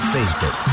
Facebook